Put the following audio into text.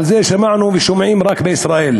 על זה שמענו ושומעים רק בישראל.